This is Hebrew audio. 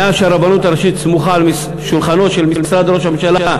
מאז שהרבנות הראשית סמוכה על שולחנו של משרד ראש הממשלה,